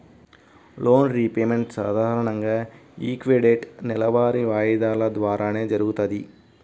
loan repayment సాధారణంగా equated నెలవారీ వాయిదాల ద్వారానే జరుగుతది